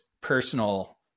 personal